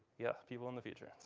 yeah people in the future.